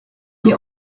the